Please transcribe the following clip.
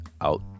out